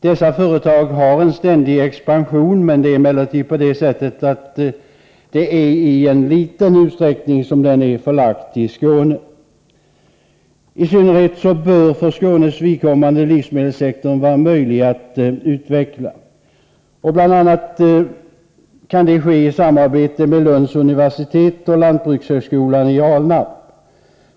Dessa företag har en ständig expansion, men expansionen är i liten utsträckning knuten till Skåne. I synnerhet bör, för Skånes vidkommande, livsmedelssektorn vara möjlig att utveckla. BI. a. kan detta ske i samarbete med Lunds universitet och lantbrukshögskolan i Alnarp.